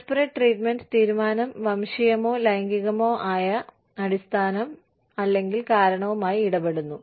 disparate treatment തീരുമാനം വംശീയമോ ലൈംഗികമോ ആയ അടിസ്ഥാനം അല്ലെങ്കിൽ കാരണവുമായി ഇടപെടുന്നു